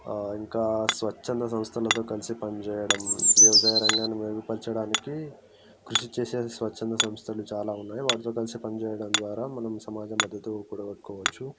ఇంకా స్వచ్ఛంద సంస్థలతో కలిసి పని చేయడం వ్యవసాయ రంగాన్ని మెరుగుపరచడానికి కృషి చేసే స్వచ్ఛంద సంస్థలు చాలా ఉన్నాయి వాటితో కలిసి పని చేయడం ద్వారా మనం సమాజ మద్దతు కూడగట్టుకోవచ్చు